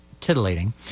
titillating